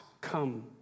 come